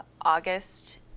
August